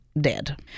Dead